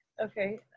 Okay